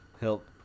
help